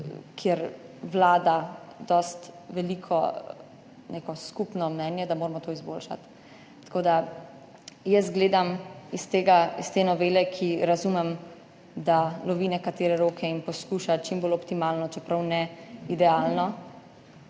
kjer vlada dosti veliko skupno mnenje, da moramo to izboljšati. Tako da gledam s tega, te novele, ki razumem, da lovi nekatere roke in poskuša čim bolj optimalno, čeprav ne idealno,